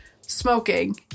smoking